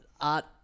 art